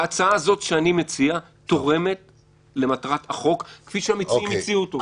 ההצעה הזאת שאני מציע תורמת למטרת החוק כפי שהמציעים הציעו אותו.